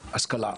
בהשכלה.